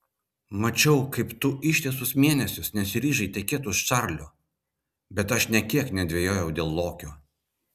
mačiau kaip tu ištisus mėnesius nesiryžai tekėti už čarlio bet aš nė kiek nedvejojau dėl lokio